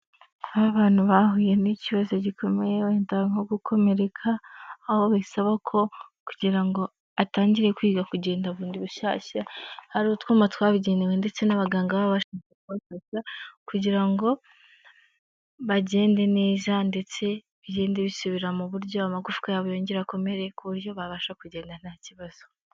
Aho abantu bahuye n'ikibazo gikomeye wenda nko gukomereka, aho bisaba ko kugira ngo atangire kwiga kugenda bundi bushyashya. Hari utwuma twabugenewe ndetse n'abaganga baba babafasha kugira ngo bagende neza ndetse bigende bisubira mu buryo, amagufwa yabo yongera akomere, ku buryo babasha kugenda nta kibazo.